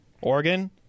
Oregon